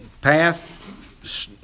path